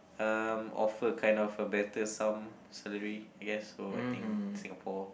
um offer kind of a better sum salary I guess so I think Singapore